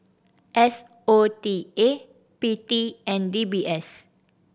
S O T A P T and D B S